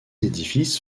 édifices